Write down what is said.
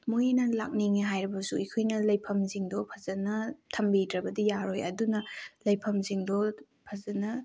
ꯃꯣꯏꯅ ꯂꯥꯛꯅꯤꯡꯉꯦ ꯍꯥꯏꯔꯕꯁꯨ ꯑꯩꯈꯣꯏꯅ ꯂꯩꯐꯝꯁꯤꯡꯗꯣ ꯐꯖꯅ ꯊꯝꯕꯤꯗ꯭ꯔꯕꯗꯤ ꯌꯥꯔꯣꯏ ꯑꯗꯨꯅ ꯂꯩꯐꯝꯁꯤꯡꯗꯣ ꯐꯖꯅ